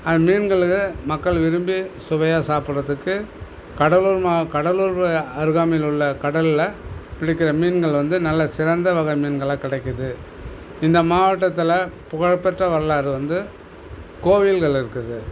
அந்த மீன்களையே மக்கள் விரும்பி சுவையாக சாப்புடறதுக்கு கடலூர் மா கடலூர் அருகாமையில் உள்ள கடலில் பிடிக்கிற மீன்கள் வந்து நல்ல சிறந்த வகை மீன்களாக கிடைக்கிது இந்த மாவட்டத்தில் புகழ்பெற்ற வரலாறு வந்து கோவில்கள் இருக்குது